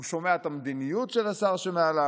הוא שומע את המדיניות של השר שמעליו,